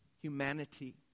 humanity